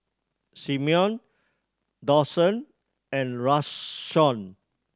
Simeon Dawson and Rashawn